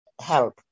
help